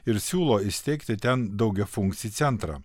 ir siūlo įsteigti ten daugiafunkcį centrą